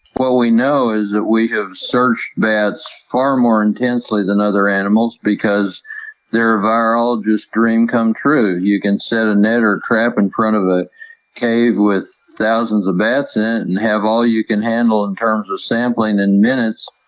what we know is that we have searched bats far more intensely than other animals because they're a virologist's dream come true! you can set a net or trap in front of a cave with thousands of bats and and have all you can handle in terms of sampling in minutes.